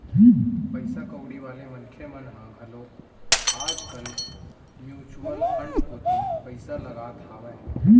पइसा कउड़ी वाले मनखे मन ह घलोक आज कल म्युचुअल फंड कोती पइसा लगात हावय